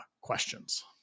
questions